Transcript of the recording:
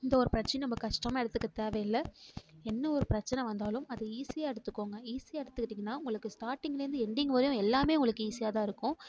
எந்த ஒரு பிரச்சனை நம்ம கஷ்டமா எடுத்துக்க தேவையில்ல என்ன ஒரு பிரச்சனை வந்தாலும் அது ஈஸியாக எடுத்துக்கங்க ஈஸியாக எடுத்துகிட்டிங்கனா உங்களுக்கு ஸ்டார்ட்டிங்லேருந்து எண்டிங் வரையும் எல்லாம் உங்களுக்கு ஈஸியாக தான் இருக்கும்